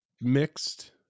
mixed